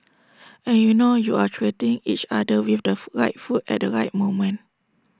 and you know you are treating each other with the right food at the right moment